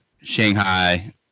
Shanghai